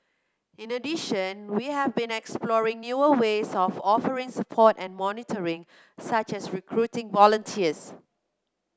in addition we have been exploring newer ways of offering support and monitoring such as recruiting volunteers